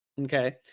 Okay